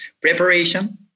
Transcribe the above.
Preparation